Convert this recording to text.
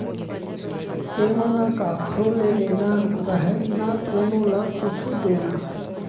एमा न कखरो ले लेना रहय न कोनो ल कुछु देना